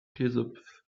philosophe